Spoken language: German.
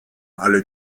alle